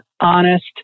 honest